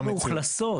אבל לא מאוכלסות.